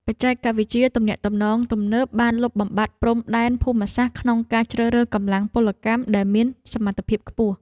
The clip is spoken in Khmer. បច្ចេកវិទ្យាទំនាក់ទំនងទំនើបបានលុបបំបាត់ព្រំដែនភូមិសាស្ត្រក្នុងការជ្រើសរើសកម្លាំងពលកម្មដែលមានសមត្ថភាពខ្ពស់។